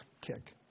kick